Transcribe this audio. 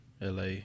la